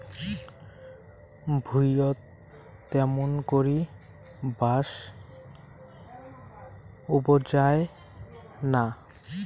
ভুঁইয়ত ত্যামুন করি বাঁশ উবজায় না